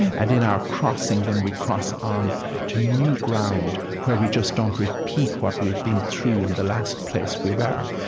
and in our crossing, then, we cross um onto new ground, where we just don't repeat what we've been through in the last place we were.